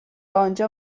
آنجا